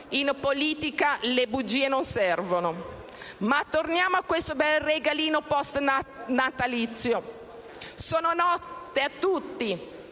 «in politica le bugie non servono». Ma torniamo a questo bel regalino postnatalizio. Sono note a tutti